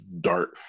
dart